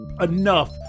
enough